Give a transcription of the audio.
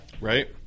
Right